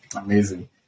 amazing